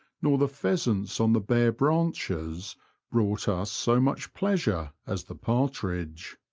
nor the pheasants on the bare branches brought us so much pleasure as the partridge.